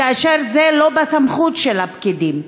כאשר אין זה בסמכות הפקידים.